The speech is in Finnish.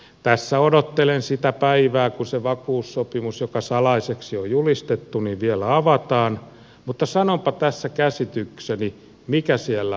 tässä odottelen sitä päivää kun se vakuussopimus joka salaiseksi on julistettu vielä avataan mutta sanonpa tässä käsitykseni mikä siellä on